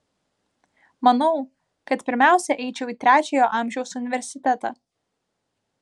manau kad pirmiausia eičiau į trečiojo amžiaus universitetą